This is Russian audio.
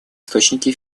источники